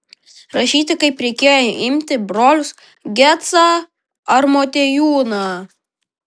rašyti kaip reikėjo imti brolius gecą ar motiejūną